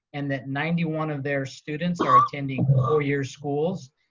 and that ninety one of their students are attending four-year schools.